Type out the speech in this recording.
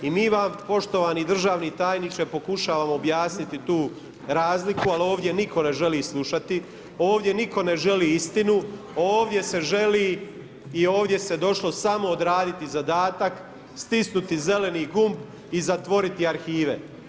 I mi vam poštovani državni tajniče pokušavamo objasniti tu razliku ali ovdje nitko ne želi slušati, ovdje nitko ne želi istinu, ovdje se želi i ovdje se došlo samo odraditi zadatak, stisnuti zeleni gumb i zatvoriti arhive.